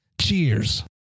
Cheers